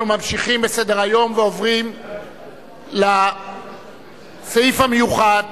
אנחנו ממשיכים בסדר-היום ועוברים לסעיף המיוחד